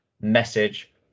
message